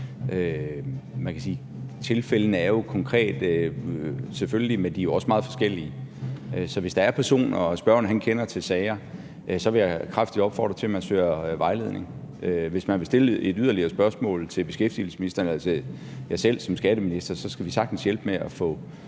Man kan sige, at tilfældene jo selvfølgelig er konkrete, men de er også meget forskellige. Så hvis der er personer og spørgeren kender til sager, vil jeg kraftigt opfordre til, at man søger vejledning. Hvis man vil stille et yderligere spørgsmål til beskæftigelsesministeren eller mig selv som skatteminister, så skal vi sagtens hjælpe med at